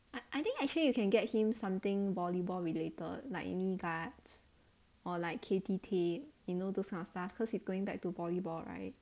I I think actually you can get him something volleyball related like knee guards or like K_T_T you know those kind of stuff cause he's going back to volleyball right